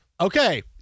okay